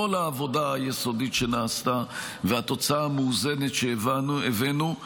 העבודה היסודית שנעשתה והתוצאה המאוזנת שהבאנו,